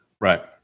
Right